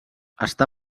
està